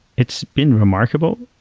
it's been remarkable,